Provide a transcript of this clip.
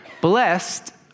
Blessed